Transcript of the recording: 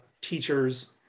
teachers